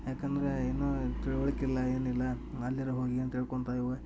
ಯಾಕಂದರೆ ಇನ್ನು ತಿಳುವಳಿಕಿಲ್ಲ ಏನಿಲ್ಲ ಅಲ್ಲೆರು ಹೋಗಿ ಏನು ತಿಳ್ಕೊಂತವ ಇವ